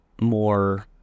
more